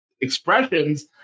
expressions